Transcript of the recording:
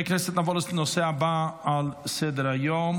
23 בעד, שלושה מתנגדים, אין נמנעים.